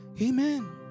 Amen